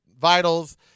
vitals